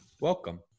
welcome